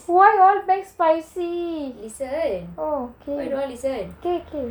why always McSpicy okay okay